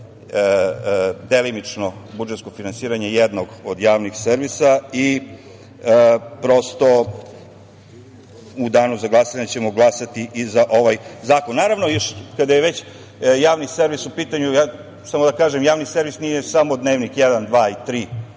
delimično budžetsko finansiranje jednog od javnih servisa i prosto u Danu za glasanje ćemo glasati i za ovaj zakon. Naravno, još kada je već javni servis u pitanju, ja samo da kažem, javni servis nije samo Dnevnik 1, 2 i 3,